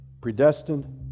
Predestined